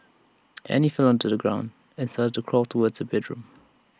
Annie fell onto the floor and started to crawl towards her bedroom